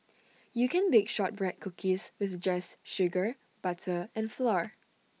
you can bake Shortbread Cookies just with sugar butter and flour